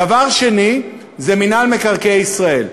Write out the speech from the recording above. דבר שני זה מינהל מקרקעי ישראל.